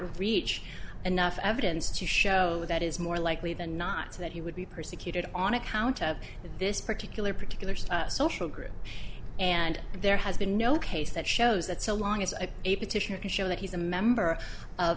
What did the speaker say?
reach enough evidence to show that is more likely than not that he would be persecuted on account of this particular particulars social group and there has been no case that shows that so long as a petition to show that he's a member of